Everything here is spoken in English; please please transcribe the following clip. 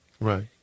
right